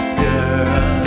girl